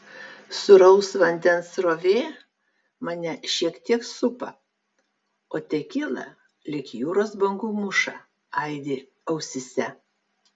sūraus vandens srovė mane šiek tiek supa o tekila lyg jūros bangų mūša aidi ausyse